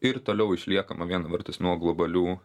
ir toliau išlieka ma viena vertus nuo globalių